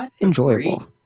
enjoyable